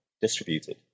distributed